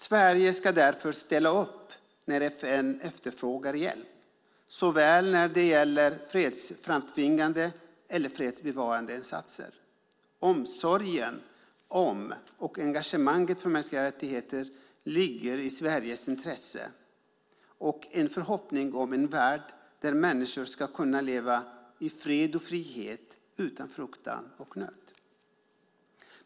Sverige ska därför ställa upp när FN efterfrågar hjälp, såväl när det gäller fredsframtvingande som fredsbevarande insatser. Omsorgen om och engagemanget för mänskliga rättigheter ligger i Sveriges intresse, liksom en förhoppning om en värld där människor ska kunna leva i fred och frihet utan fruktan och nöd.